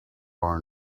are